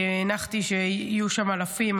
כי הנחתי שיהיו שם אלפים,